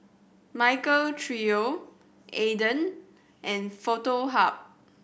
Michael Trio Aden and Foto Hub